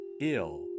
Ill